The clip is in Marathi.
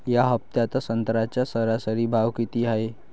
या हफ्त्यात संत्र्याचा सरासरी भाव किती हाये?